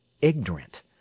ignorant